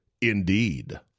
Indeed